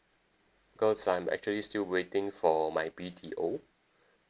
because I'm actually still waiting for my B_T_O